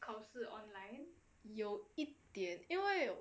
有一点因为